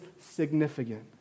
significant